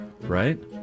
right